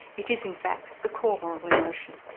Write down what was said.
it is in fact the core moral emotion.